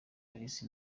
alice